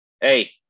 hey